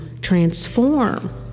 transform